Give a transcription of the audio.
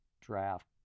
draft